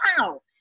wow